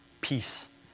peace